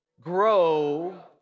grow